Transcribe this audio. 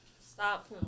Stop